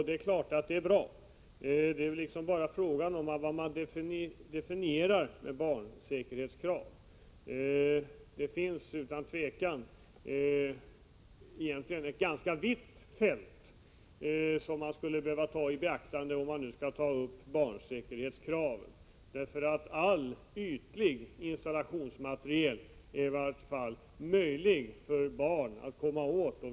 Det är klart att det är bra. Frågan är bara vad man definierar som barnsäkerhetskrav. Det finns utan tvivel egentligen ett ganska vitt fält som man skulle behöva ta i beaktande, om man skall ta upp barnsäkerhetskraven. Det är i varje fall möjligt för barn att komma åt all ytlig installationsmateriel.